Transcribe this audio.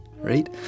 right